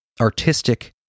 artistic